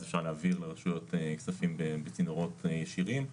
אפשר להעביר לרשויות כספים בצינורות ישירים.